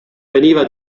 veniva